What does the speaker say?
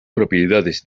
propiedades